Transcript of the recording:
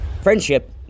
Friendship